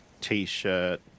T-shirt